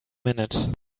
minute